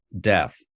death